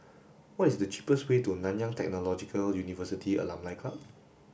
what is the cheapest way to Nanyang Technological University Alumni Club